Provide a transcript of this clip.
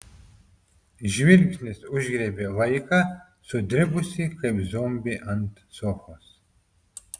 žvilgsnis užgriebė vaiką sudribusį kaip zombį ant sofos